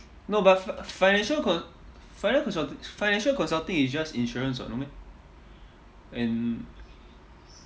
no but f~ financial con~ financial consul~ financial consulting is just insurance [what] no meh and